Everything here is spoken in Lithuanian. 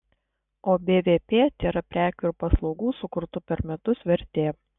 o bvp tėra prekių ir paslaugų sukurtų per metus vertė